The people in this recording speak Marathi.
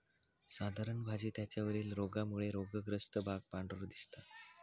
साधारण भाजी त्याच्या वरील रोगामुळे रोगग्रस्त भाग पांढरो दिसता